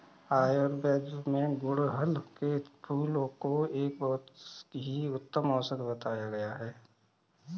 आयुर्वेद में गुड़हल के फूल को एक बहुत ही उत्तम औषधि बताया गया है